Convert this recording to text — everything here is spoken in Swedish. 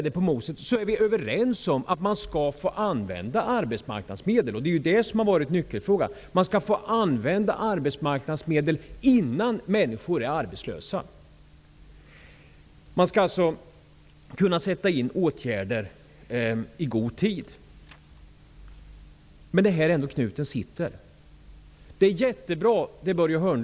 Dessutom är vi överens om att man skall få använda arbetsmarknadsmedel innan människor är arbetslösa. Det är ju det som har varit nyckelfrågan. Man skall alltså kunna sätta in åtgärder i god tid. Det är ändå här knuten finns. Det Börje Hörnlund säger är jättebra.